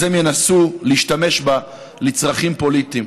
אז הם ינסו להשתמש בה לצרכים פוליטיים.